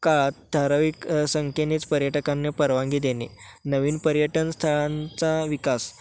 काळात ठराविक संख्येनेच पर्यटकांनी परवानगी देणे नवीन पर्यटन स्थळांचा विकास